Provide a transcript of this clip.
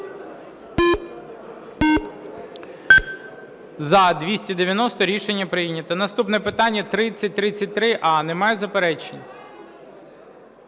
За-290 Рішення прийнято. Наступне питання – 3033а. Немає заперечень?